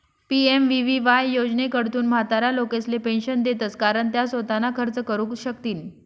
PMVVY योजनाकडथून म्हातारा लोकेसले पेंशन देतंस कारण त्या सोताना खर्च करू शकथीन